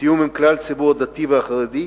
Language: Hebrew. בתיאום עם כלל הציבור הדתי והחרדי,